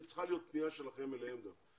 כי צריכה להיות פנייה שלכם אליהם גם.